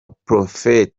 prophet